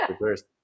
first